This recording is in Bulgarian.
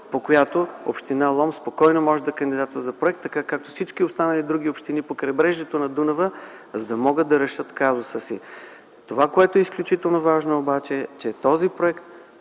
по която община Лом спокойно може да кандидатства за проект, така както всички останали други общини по крайбрежието на Дунав, за да могат да решат казуса си. Това, което е изключително важно обаче: е, че